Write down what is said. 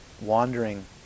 wandering